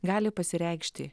gali pasireikšti